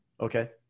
okay